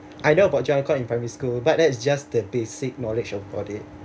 I know about joint account in primary school but that is just the basic knowledge about it